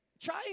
try